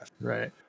Right